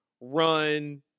run